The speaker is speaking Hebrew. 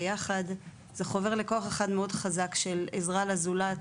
ויחד זה חובר לכוח אחד מאוד חזק של עזרה לזולת,